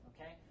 okay